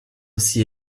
aussi